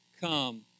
come